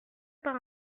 par